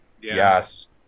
Yes